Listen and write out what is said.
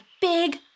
big